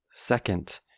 second